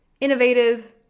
innovative